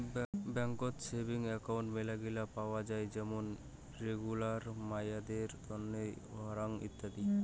বেংকত savings account মেলাগিলা পাওয়াং যাই যেমন রেগুলার, মাইয়াদের তন্ন, হারং ইত্যাদি